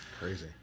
Crazy